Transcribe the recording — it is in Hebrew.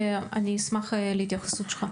אני אשמח להתייחסות שלך.